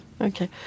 Okay